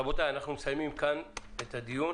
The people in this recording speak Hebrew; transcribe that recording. רבותיי, אנחנו מסיימים כאן את הדיון.